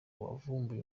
wavumbuye